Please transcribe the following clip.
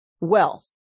wealth